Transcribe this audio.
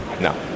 No